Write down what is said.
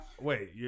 Wait